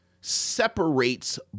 separates